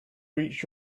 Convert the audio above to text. reach